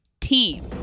team